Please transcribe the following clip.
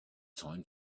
time